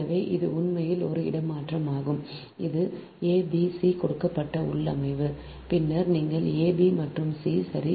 எனவே இது உண்மையில் ஒரு இடமாற்றமாகும் இது a b c கொடுக்கப்பட்ட உள்ளமைவு பின்னர் நீங்கள் ab மற்றும் c சரி